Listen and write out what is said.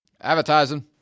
Advertising